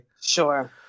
sure